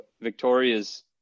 Victoria's